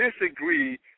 disagree